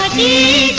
me